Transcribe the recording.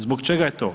Zbog čega je to?